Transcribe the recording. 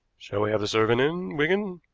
shall we have the servant in, wigan?